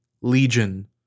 Legion